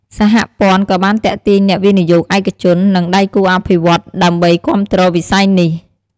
សហព័ន្ធក៏បានទាក់ទាញអ្នកវិនិយោគឯកជន និងដៃគូអភិវឌ្ឍន៍ដើម្បីគាំទ្រវិស័យនេះ។